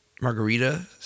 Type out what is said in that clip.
Margarita